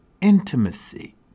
intimacy